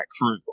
crew